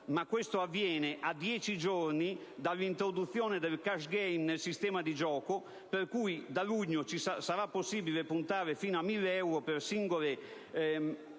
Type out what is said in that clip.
ma questo avviene a dieci giorni dall'introduzione del *cash gain* nel sistema di gioco, per cui da luglio sarà possibile puntare fino a 1.000 euro per singole mani